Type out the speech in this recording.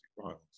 violence